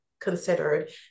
considered